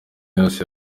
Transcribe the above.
yose